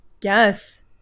yes